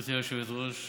גברתי היושבת-ראש,